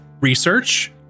research